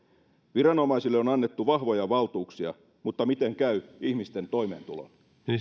viranomaisille on annettu vahvoja valtuuksia mutta miten käy ihmisten toimeentulon